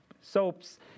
soaps